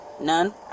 None